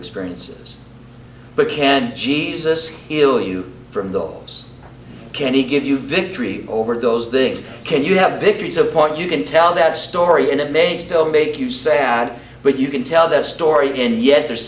experiences but can't jesus heal you from those can he give you victory over those things can you have victories a point you can tell that story and it may still make you sad but you can tell that story and yet there's